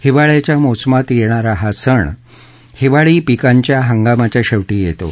हिवाळयाच्या मोसमात येणारा हा सण हिवाळी पीकांच्या हंगामाच्या शेवटी येतो